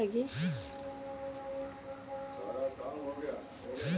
रबड़ में विशेष तरह के भौतिक आ रासायनिक गुड़ प्रदर्शित करेला